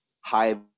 high